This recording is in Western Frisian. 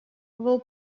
wol